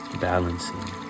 balancing